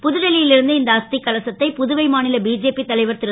புதுடில்லி ல் இருந்து இந்த அஸ் கலசத்தை புதுவை மா ல பிஜேபி தலைவர் ரு